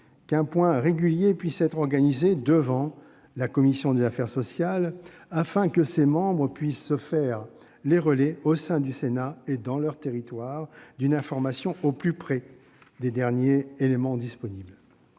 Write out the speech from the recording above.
qu'un point régulier puisse être organisé devant la commission des affaires sociales, afin que ses membres puissent se faire les relais, au sein du Sénat et dans leurs territoires, d'une information au plus près des derniers éléments disponibles.